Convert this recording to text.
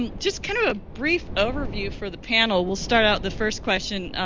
um just kind of a brief overview for the panel, we'll start out the first question.